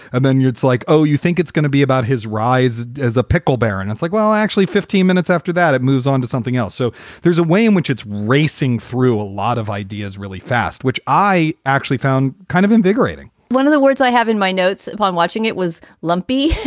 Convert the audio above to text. and then you're like, oh, you think it's going to be about his rise as a pickle baron? it's like, well, actually, fifteen minutes after that, it moves on to something else. so there's a way in which it's racing through a lot of ideas really fast, which i actually found kind of invigorating one of the words i have in my notes upon watching it was lumpy,